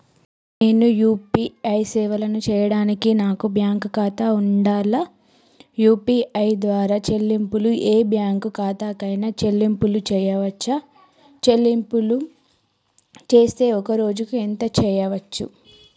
నేను యూ.పీ.ఐ సేవలను చేయడానికి నాకు బ్యాంక్ ఖాతా ఉండాలా? యూ.పీ.ఐ ద్వారా చెల్లింపులు ఏ బ్యాంక్ ఖాతా కైనా చెల్లింపులు చేయవచ్చా? చెల్లింపులు చేస్తే ఒక్క రోజుకు ఎంత చేయవచ్చు?